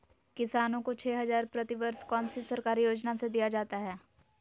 किसानों को छे हज़ार प्रति वर्ष कौन सी सरकारी योजना से दिया जाता है?